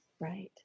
Right